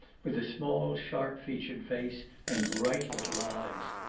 with a small sharp-featured face, and bright little eyes.